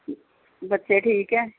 ਬੱਚੇ ਠੀਕ ਹੈ